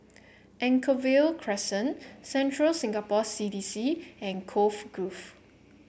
Anchorvale Crescent Central Singapore C D C and Cove Grove